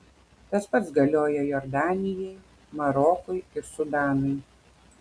tas pats galioja jordanijai marokui ir sudanui